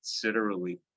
considerably